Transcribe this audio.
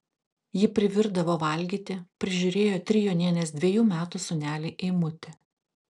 ji privirdavo valgyti prižiūrėjo trijonienės dvejų metų sūnelį eimutį